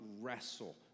wrestle